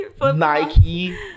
Nike